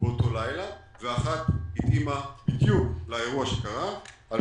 באותו לילה ואחת התאימה בדיוק לאירוע שקרה על